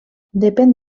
depèn